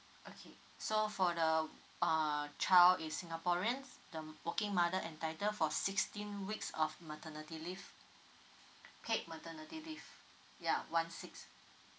okay so for the uh child is singaporean the working mother entitle for sixteen weeks of maternity leave paid maternity leave ya one six